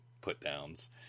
put-downs